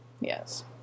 Yes